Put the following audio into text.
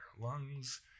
lungs